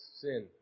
sin